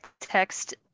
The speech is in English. text